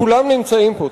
כולם נמצאים פה,